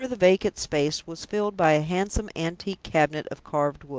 and here the vacant space was filled by a handsome antique cabinet of carved wood,